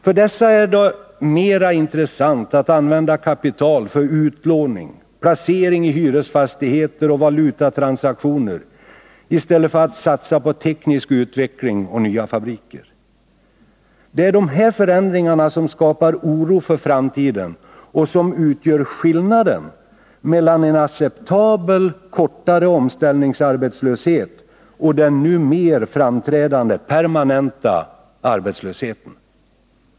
För dessa är det mer intressant att använda kapital för utlåning, placering i hyresfastigheter och valutatransaktioner än att satsa på teknisk utveckling och nya fabriker. Det är de här förändringarna som skapar oro för framtiden och som utgör skillnaden mellan en acceptabel kortare omställningsarbetslöshet och den nu mer framträdande permanenta arbetslösheten.